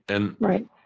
Right